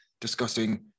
discussing